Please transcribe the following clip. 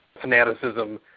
fanaticism